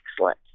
excellent